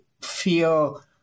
feel